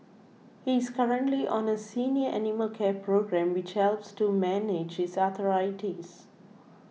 he is currently on a senior animal care programme which helps to manage his arthritis